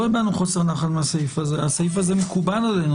הסעיף הזה מקובל עלינו,